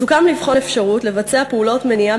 סוכם לבחון אפשרות לבצע פעולות מניעה